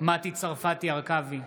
מטי צרפתי הרכבי,